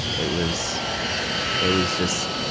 it was it was just